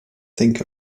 think